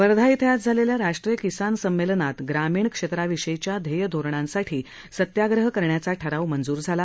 वर्धा इथं आज झालेल्या राष्ट्रीय किसान संमेलनात ग्रामीण क्षेत्राविषयीच्या ध्येय धोरणासाठी सत्याग्रह करण्याचा ठराव मंजूर झाला